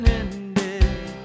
ended